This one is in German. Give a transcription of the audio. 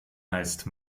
heißt